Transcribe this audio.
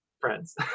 friends